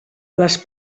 les